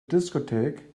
discotheque